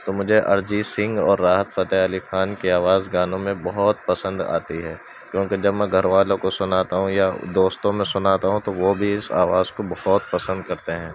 تو مجھے ارجیت سنگھ اور راحت فتح علی خان کی آواز گانوں میں بہت پسند آتی ہے کیونکہ جب میں گھر والوں کو سناتا ہوں یا دوستوں میں سناتا ہوں تو وہ بھی اس آواز کو بہت پسند کرتے ہیں